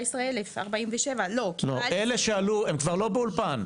לא, אלה שכבר לא באולפן.